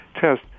test